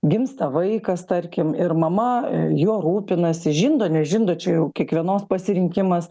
gimsta vaikas tarkim ir mama juo rūpinasi žindo nežindo čia jau kiekvienos pasirinkimas